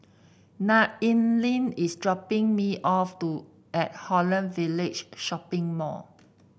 Nayely is dropping me off to at Holland Village Shopping Mall